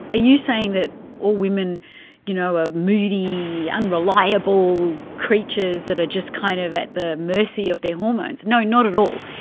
you saying that all women you know are moody, unreliable creatures that are just kind of at the mercy of their hormones? no, not at all.